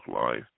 life